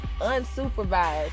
unsupervised